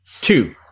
Two